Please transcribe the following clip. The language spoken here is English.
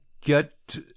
get